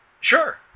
Sure